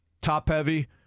top-heavy